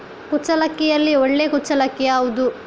ಕುಚ್ಚಲಕ್ಕಿಯಲ್ಲಿ ಒಳ್ಳೆ ಕುಚ್ಚಲಕ್ಕಿ ಯಾವುದು?